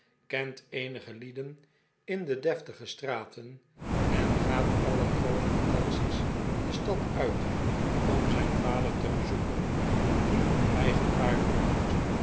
kent eenige lieden in deftige straten en gaat alle groote vacanties de stad uit om zijn vader te bezoeken die eigen